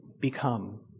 become